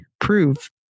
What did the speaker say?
prove